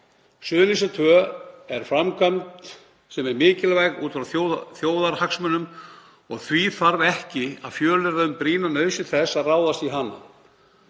Suðurnesjalína 2 er framkvæmd sem er mikilvæg út frá þjóðarhagsmunum og því þarf ekki að fjölyrða um brýna nauðsyn þess að ráðast í hana.